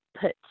put